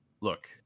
look